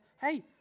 hey